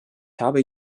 habe